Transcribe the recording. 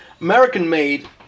American-made